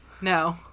No